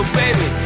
baby